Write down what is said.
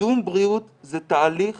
קידום בריאות זה תהליך